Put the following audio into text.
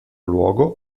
luogo